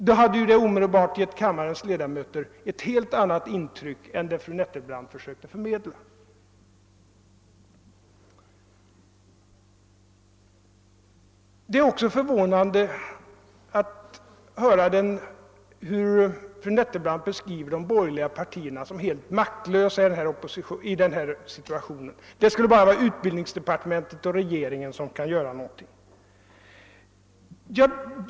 Då hade kammarens ledamöter fått ett helt annat intryck än det som fru Nettelbrandt försökte förmedla. Det är också förvånande att höra fru Nettelbrandt framhålla att de borgerliga partierna skulle vara helt maktlösa i denna situation. Det skulle bara vara utbildningsdepartementet och regeringen som hade möjlighet att göra något.